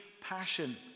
passion